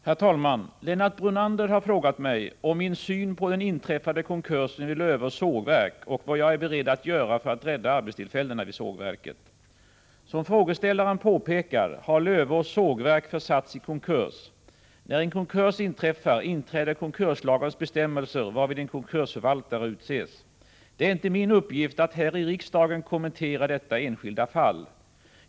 Herr talman! Lennart Brunander har frågat mig om min syn på den inträffade konkursen vid Lövås sågverk och vad jag är beredd att göra för att rädda arbetstillfällena vid sågverket. Som frågeställaren påpekar har Lövås sågverk försatts i konkurs. När en konkurs inträffar, inträder konkurslagens bestämmelser, varvid en konkursförvaltare utses. Det är inte min uppgift att här i riksdagen kommentera detta enskilda fall.